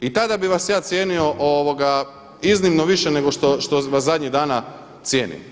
I tada bih vas ja cijenio iznimno više nego što vas zadnjih dana cijenim.